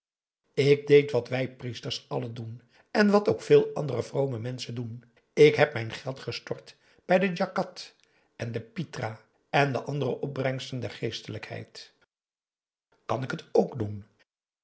ik deed wat wij priesters allen doen en wat ook veel andere vrome menschen doen ik heb mijn geld gestort bij de djakat en de pitra en de andere opbrengsten der geestelijkheid kan ik het ook doen